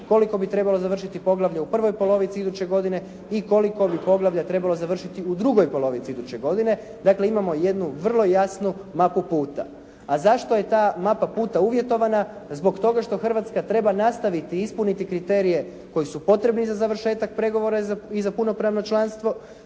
koliko bi trebalo završiti poglavlja u prvoj polovici iduće godine i koliko bi poglavlja trebalo završiti u drugoj polovici iduće godine. Dakle, imamo jednu vrlo jasnu mapu puta. A zašto je ta mapa puta uvjetovana? Zbog toga što Hrvatska treba nastaviti i ispuniti kriterije koji su potrebni za završetak pregovora i za punopravno članstvo,